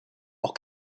auch